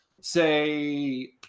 say